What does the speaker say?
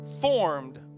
formed